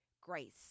Grace